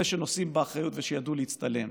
אלה שנושאים באחריות ושידעו להצטלם,